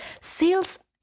sales